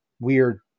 weird